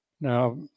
Now